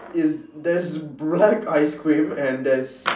is there's bright ice cream and there's